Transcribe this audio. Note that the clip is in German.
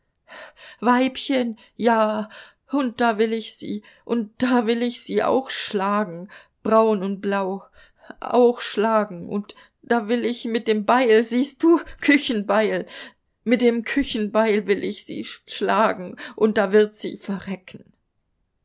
weibchen ja und da will ich sie und da will ich sie auch schlagen braun und blau auch schlagen und da will ich mit dem beil siehst du küchenbeil mit dem küchenbeil will ich sie schlagen und da wird sie verrecken